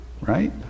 right